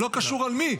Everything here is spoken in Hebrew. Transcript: לא קשור על מי.